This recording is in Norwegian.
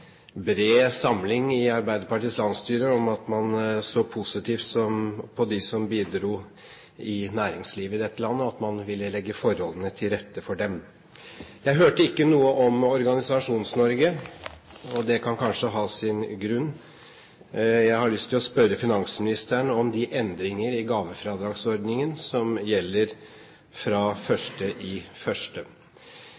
bred samling i Arbeiderpartiets landsstyre om at man vil se positivt på dem som bidrar i næringslivet i dette landet, og at man vil legge forholdene til rette for dem. Jeg hørte ikke noe om Organisasjons-Norge, og det kan kanskje ha sin grunn. Jeg har lyst til å spørre finansministeren om de endringene i gavefradragsordningen som gjelder fra